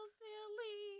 silly